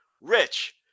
Rich